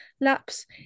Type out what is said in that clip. laps